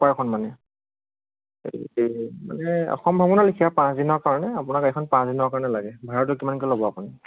চুপাৰখন মানে মানে অসম ভ্ৰমণৰ লেখীয়া পাঁচদিনৰ কাৰণে আপোনাৰ গাড়ীখন পাঁচদিনৰ কাৰণে লাগে ভাড়াটো কিমানকৈ ল'ব আপুনি